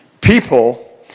people